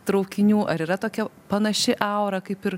traukinių ar yra tokia panaši aura kaip ir